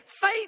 Faith